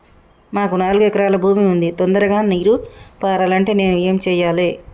మాకు నాలుగు ఎకరాల భూమి ఉంది, తొందరగా నీరు పారాలంటే నేను ఏం చెయ్యాలే?